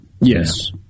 Yes